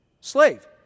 slave